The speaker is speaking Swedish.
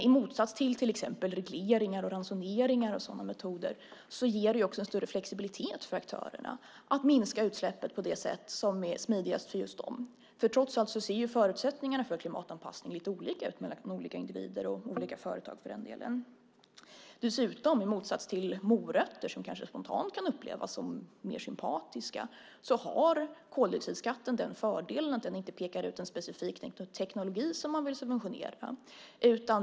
I motsats till exempelvis regleringar, ransoneringar och sådana metoder ger det också en större flexibilitet för aktörerna att minska utsläppen på det sätt som är smidigast för just dem. Trots allt ser ju förutsättningarna för klimatanpassning lite olika ut mellan olika individer och olika företag för den delen. Dessutom, och i motsats till morötter som kanske spontant kan upplevas som mer sympatiska, har koldioxidskatten den fördelen att den inte pekar ut en specifik teknik som man vill subventionera.